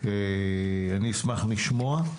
אני אשמח לשמוע.